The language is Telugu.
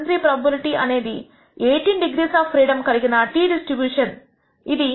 73 ప్రోబబిలిటీ అనేది 18 డిగ్రీస్ ఆఫ్ ఫ్రీడమ్ కలిగిన t డిస్ట్రిబ్యూషన్ ఇది 1